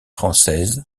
française